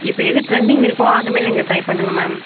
இப்போ எது ட்ரெண்டிங் இருக்கோ அந்தமாரி நீங்கள் ட்ரை பண்ணுங்க மேம்